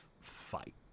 fight